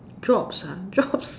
jobs ah jobs